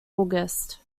august